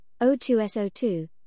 O2SO2